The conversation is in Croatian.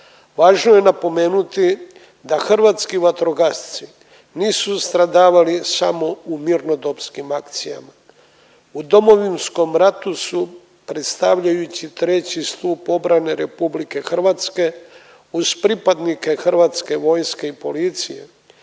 Važno je napomenuti da hrvatski vatrogasci nisu stradavali samo u mirnodopskim akcijama, u Domovinskom ratu su predstavljajući treći stup obrane RH uz pripadnije hrvatske vojske i policije